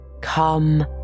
Come